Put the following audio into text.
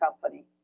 company